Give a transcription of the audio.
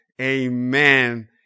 Amen